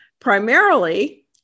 primarily